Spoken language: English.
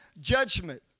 judgment